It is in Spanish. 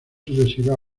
sucesivas